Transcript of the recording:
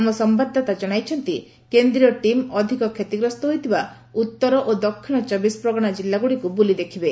ଆମ ସମ୍ଭାଦଦାତା ଜଣାଇଛନ୍ତି କେନ୍ଦ୍ରୀୟ ଟିମ୍ ଅଧିକ କ୍ଷତିଗ୍ରସ୍ତ ହୋଇଥିବା ଉତ୍ତର ଓ ଦକ୍ଷିଣ ଚବିଶପ୍ରଗଣ ଜିଲ୍ଲାଗୁଡ଼ିକୁ ବୁଲି ଦେଖିବେ